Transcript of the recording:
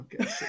okay